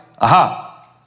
Aha